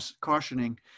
cautioning